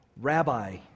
Rabbi